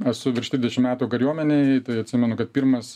esu virš trisdešim metų kariuomenėj tai atsimenu kad pirmas